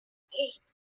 eight